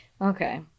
Okay